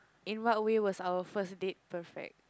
in what way was our first date perfect